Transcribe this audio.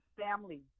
family